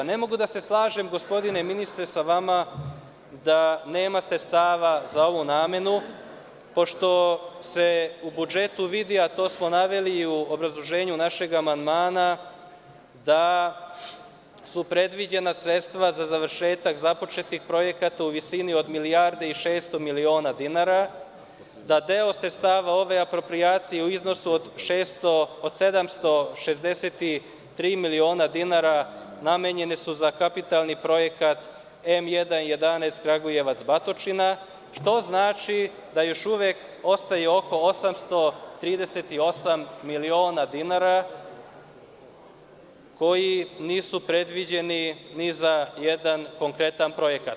Ne mogu da se složim, gospodine ministre sa vama, da nema sredstava za ovu namenu, pošto se u budžetu vidi, a to smo naveli i u obrazloženju našeg amandmana, da su predviđena sredstva za završetak započetih projekata u visini od milijardu i 600 miliona dinara, da deo sredstava ove aproprijacije u iznosu od 763 miliona dinara namenjena su za kapitalni projekat M1.11 Kragujevac-Batočina, što znači da još uvek ostaje oko 838 miliona dinara, koji nisu predviđeni ni za jedan konkretan projekat.